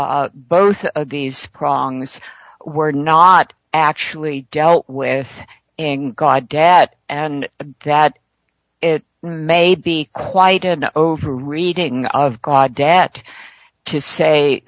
both of these prongs were not actually dealt with and godat and that it may be quite an over reading of godat to say